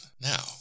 Now